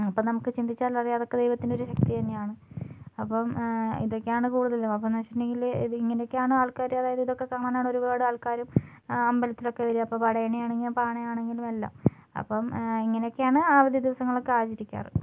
അപ്പം നമുക്ക് ചിന്തിച്ചാൽ മതി അതൊക്കെ ദൈവത്തിൻ്റെ ഒരു ശക്തി തന്നെയാണ് അപ്പം ഇതൊക്കെയാണ് കൂടുതലും അപ്പൊന്ന് വെച്ചിട്ടുണ്ടെങ്കില് ഇത് ഇങ്ങനെയൊക്കെയാണ് ആൾക്കാര് അതായത് ഇതൊക്കെ കാണാൻ ആണ് ഒരുപാട് ആൾക്കാരും അമ്പലത്തിലൊക്കെ വരുക ഇപ്പോൾ പടയണി ആണെങ്കിലും പണ ആണെങ്കിലും എല്ലാം അപ്പം ഇങ്ങനെയൊക്കെയാണ് ആ അവധി ദിവസങ്ങളൊക്കെ ആചരിക്കാർ